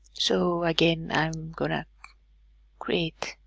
so again i'm gonna create